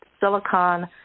Silicon